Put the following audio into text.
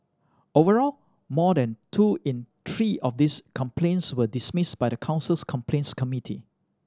overall more than two in three of these complaints were dismissed by the council's complaints committee